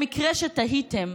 למקרה שתהיתם,